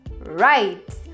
right